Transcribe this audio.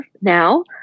now